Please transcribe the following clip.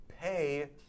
pay